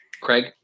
Craig